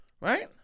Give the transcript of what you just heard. right